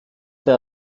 der